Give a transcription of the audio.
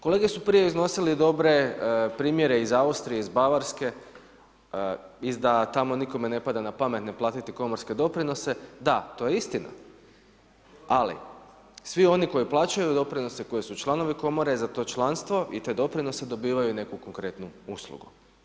Kolege su prije iznosili dobre primjere iz Austrije, iz Bavarske i da tamo nikome ne pada na pamet ne platiti komorske doprinose, da, to je istina ali svi oni koji plaćaju doprinose, koji su članovi komore za to članstvo i te doprinose dobivaju neku konkretnu uslugu.